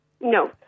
No